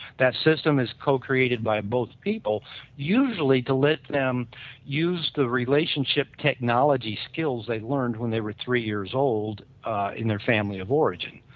that system is co-created by both people usually to let them use the relationship technology skills they've learnt when they were three years old in their family of origin.